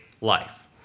life